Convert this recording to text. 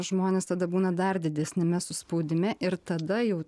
žmonės tada būna dar didesniame suspaudime ir tada jau